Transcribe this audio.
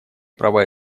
права